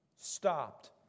Stopped